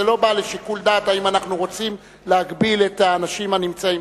זה לא בא לשיקול דעת האם אנחנו רוצים להגביל את האנשים הנמצאים.